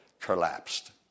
collapsed